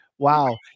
Wow